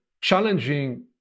challenging